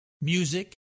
music